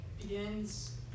Begins